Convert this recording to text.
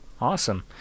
Awesome